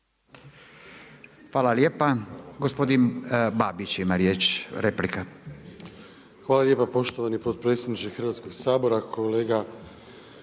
Hvala lijepa. Gospodin Babić ima riječ, replika. **Babić, Ante (HDZ)** Hvala lijepa poštovani potpredsjedniče Hrvatskog sabora. Kolega